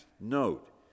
Note